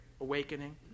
Awakening